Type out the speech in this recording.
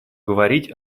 говорить